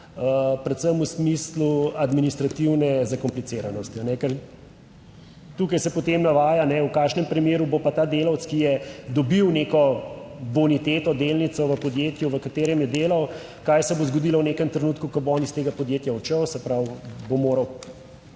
Predvsem v smislu administrativne zakompliciranosti. Ker tukaj se potem navaja v kakšnem primeru bo pa ta delavec, ki je dobil neko boniteto delnico v podjetju v katerem je delal, kaj se bo zgodilo v nekem trenutku, ko bo on iz tega podjetja odšel, se pravi bo moral